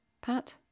Pat